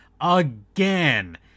again